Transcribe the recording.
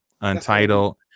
Untitled